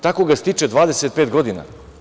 Tako ga stiče 25 godina.